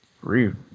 rude